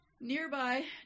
Nearby